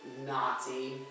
Nazi